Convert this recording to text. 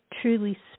truly